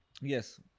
Yes